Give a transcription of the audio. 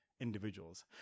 individuals